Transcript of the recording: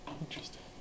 Interesting